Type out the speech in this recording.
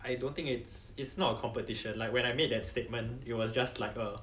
I don't think it's it's not a competition like when I made that statement it was just like a